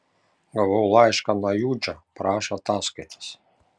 gavau laišką nuo judžio prašo ataskaitos